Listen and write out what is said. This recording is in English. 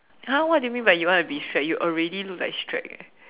!huh! what do you mean by you want to be Shrek you already look like Shrek eh